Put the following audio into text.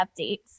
Updates